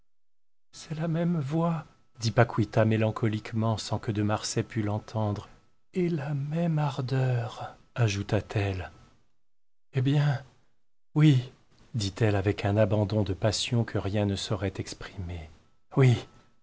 la même voix dit paquita mélancoliquement sans que de marsay pût l'entendre et la même ardeur ajouta-t-elle eh bien oui dit elle avec un abandon de passion que rien ne saurait exprimer oui